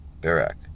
Barak